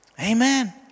Amen